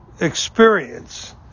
experience